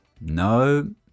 No